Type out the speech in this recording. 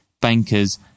bankers